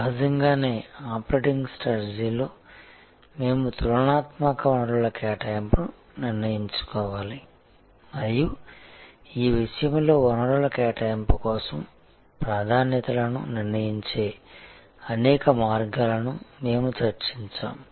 సహజంగానే ఆపరేటింగ్ స్ట్రాటజీలో మేము తులనాత్మక వనరుల కేటాయింపును నిర్ణయించుకోవాలి మరియు ఈ విషయంలో వనరుల కేటాయింపు కోసం ప్రాధాన్యతలను నిర్ణయించే అనేక మార్గాలను మేము చర్చించాము